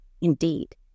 Indeed